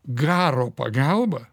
garo pagalba